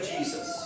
Jesus